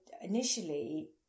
initially